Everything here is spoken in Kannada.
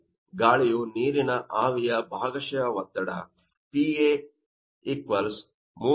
ಗಾಳಿಯು ನೀರಿನ ಆವಿಯ ಭಾಗಶಃ ಒತ್ತಡ pA 3